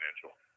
financial